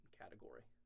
category